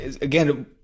Again